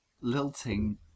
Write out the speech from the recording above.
Lilting